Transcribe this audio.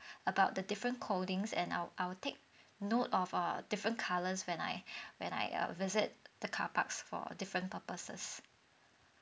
about the different coding and I'll I'll take note of err different colours when I when I uh visit the carparks for a different purposes